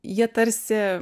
jie tarsi